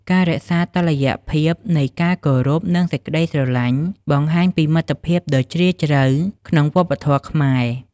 ការរក្សាតុល្យភាពនៃ ការគោរពនិងសេចក្ដីស្រឡាញ់បង្ហាញពីមិត្តភាពដ៏ជ្រាលជ្រៅក្នុងវប្បធម៌ខ្មែរ។